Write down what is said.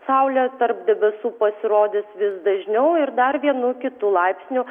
saulė tarp debesų pasirodys vis dažniau ir dar vienu kitu laipsniu